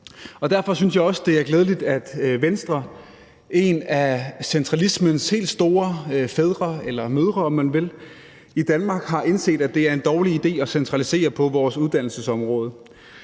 Derfor synes jeg også, det er glædeligt, at Venstre – en af centralismens helt store fædre eller mødre, om man vil – har indset, at det i Danmark er en dårlig idé at centralisere på vores uddannelsesområde,